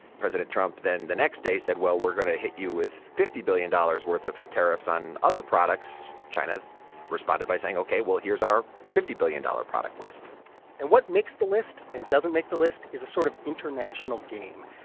president trump then the next day said, well, we're going to hit you with fifty billion dollars worth of tariffs on other products. china responded by saying, ok, well, here's our fifty billion dollars product list and what makes the list and doesn't make the list is a sort of international game.